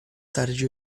tarde